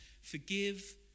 Forgive